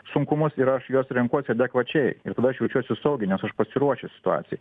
sunkumus ir aš juos renkuosi adekvačiai ir tada aš jaučiuosi saugiai nes aš pasiruošęs situacijai